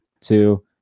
two